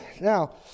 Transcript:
Now